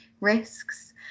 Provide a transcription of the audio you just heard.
risks